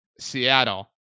seattle